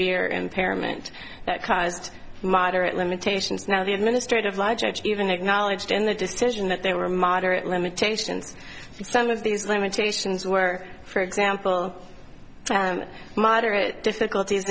severe impairment that caused moderate limitations now the administrative law judge even acknowledged in the decision that there were moderate limitations some of these limitations were for example moderate difficulties